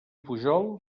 pujol